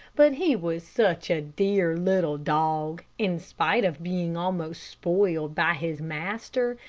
but he was such a dear, little dog, in spite of being almost spoiled by his master,